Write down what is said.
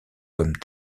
comme